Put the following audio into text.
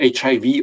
HIV